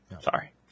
sorry